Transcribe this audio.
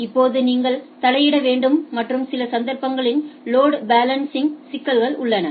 இப்போது நீங்கள் தலையிட வேண்டும் மற்றும் சில சந்தர்ப்பங்களில் லோடு பேலன்ஸிங் இல் சிக்கல்கள் உள்ளன